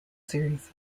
series